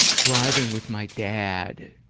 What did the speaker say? driving with my dad.